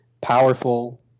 powerful